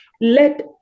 let